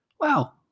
wow